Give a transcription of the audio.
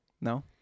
No